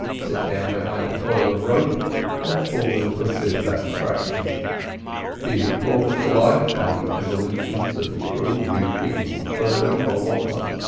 sit down behind a coil of rope and fall into a fit of abstraction be recalled to life by the evolutions of the crew reefing or furling or what not,